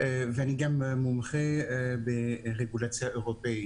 ואני גם מומחה ברגולציה אירופאית.